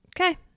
Okay